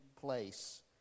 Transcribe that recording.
place